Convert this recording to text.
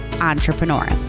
entrepreneurs